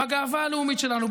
בגאווה הלאומית שלנו,